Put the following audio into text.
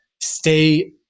stay